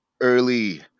early